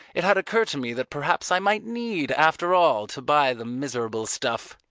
it had occurred to me that perhaps i might need after all to buy the miserable stuff.